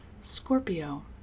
Scorpio